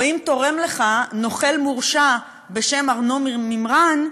או אם תורם לך נוכל מורשע בשם ארנו מימרן,